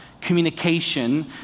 Communication